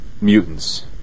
mutants